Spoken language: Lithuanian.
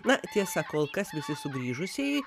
na tiesa kol kas visi sugrįžusieji